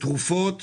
ותרופות